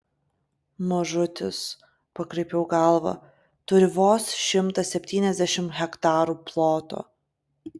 mažutis pakraipiau galvą turi vos šimtą septyniasdešimt hektarų ploto